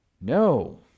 No